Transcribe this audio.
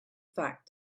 fact